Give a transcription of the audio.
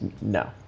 No